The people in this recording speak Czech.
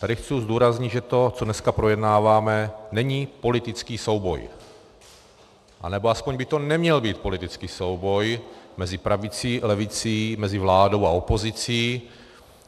Tady chci zdůraznit, že to, co dneska projednáváme, není politický souboj, anebo aspoň by to neměl být politický souboj mezi pravicí a levicí, mezi vládou a opozicí,